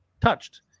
touched